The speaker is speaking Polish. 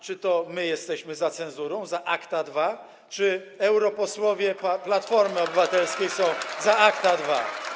Czy to my jesteśmy za cenzurą, za ACTA 2, czy europosłowie z Platformy Obywatelskiej są za ACTA 2?